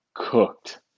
cooked